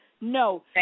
No